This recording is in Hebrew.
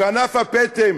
וענף הפטם